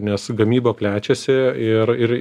nes gamyba plečiasi ir ir